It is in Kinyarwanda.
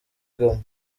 goma